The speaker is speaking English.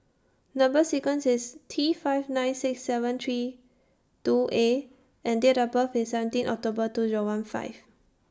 Number sequence IS T five nine six seven three two A and Date of birth IS seventeen October two Zero one five